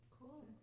Cool